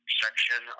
section